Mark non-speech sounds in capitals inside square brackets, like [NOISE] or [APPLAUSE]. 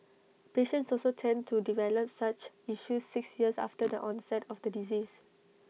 patients also tend to develop such issues six years after [NOISE] the onset of the disease